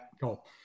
cool